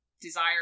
desire